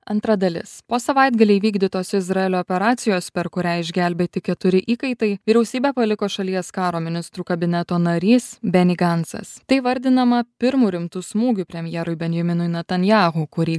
antra dalis po savaitgalį įvykdytos izraelio operacijos per kurią išgelbėti keturi įkaitai vyriausybę paliko šalies karo ministrų kabineto narys beni gancas tai įvardinama pirmu rimtu smūgiu premjerui benjaminui netanyahu kurį